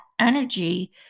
energy